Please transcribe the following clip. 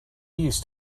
used